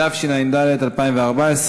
התשע"ד 2014,